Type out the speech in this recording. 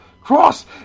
cross